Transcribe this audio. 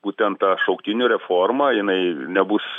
būtent šauktinių reforma jinai nebus